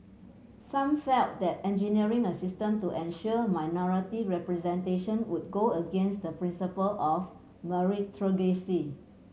some felt that engineering a system to ensure minority representation would go against the principle of meritocracy